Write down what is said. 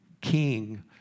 king